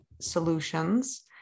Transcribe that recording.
solutions